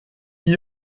n’y